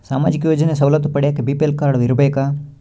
ಸಾಮಾಜಿಕ ಯೋಜನೆ ಸವಲತ್ತು ಪಡಿಯಾಕ ಬಿ.ಪಿ.ಎಲ್ ಕಾಡ್೯ ಇರಬೇಕಾ?